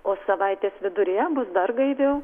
o savaitės viduryje bus dar gaiviau